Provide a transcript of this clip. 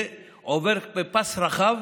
זה עובר בפס רחב